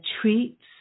treats